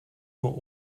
nur